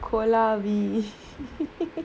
kolaavi